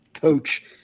coach